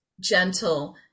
gentle